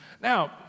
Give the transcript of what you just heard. Now